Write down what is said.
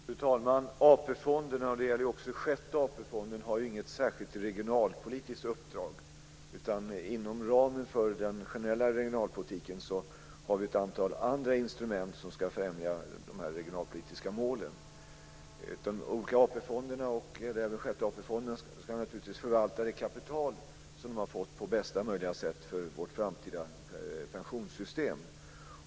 Fru talman! AP-fonderna - och det gäller också den sjätte AP-fonden - har inget särskilt regionalpolitiskt uppdrag. Inom ramen för den generella regionalpolitiken har vi ett antal andra instrument som ska främja de regionalpolitiska målen. De olika AP fonderna, och även den sjätte AP-fonden, ska naturligtvis förvalta det kapital som de har fått på bästa möjliga sätt för vårt framtida pensionssystem.